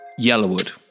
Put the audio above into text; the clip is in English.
Yellowwood